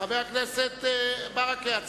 חבר הכנסת ברכה,